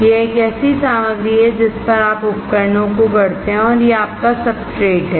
यह एक ऐसी सामग्री है जिस पर आप उपकरणों को गढ़ते हैं और यह आपका सब्सट्रेट है